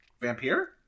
Vampire